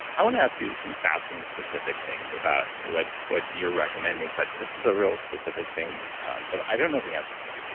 i want to ask you some fasting specific things about what what you're recommending, but this is a real specific thing that i don't know the answer to.